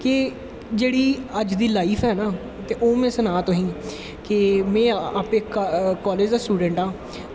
कि जेह्ड़ी अज्ज दी लाईफ ऐ ना में सनां तुसेंगी की में आप्पैं कालेज़ दा स्टुडैंट आं